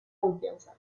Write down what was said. confianza